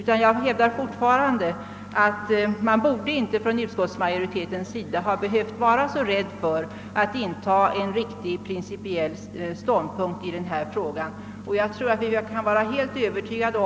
Men jag hävdar alltjämt att utskottsmajoriteten inte hade behövt vara så rädd för att inta en principiellt riktig ståndpunkt i denna fråga.